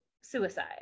suicide